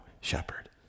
shepherd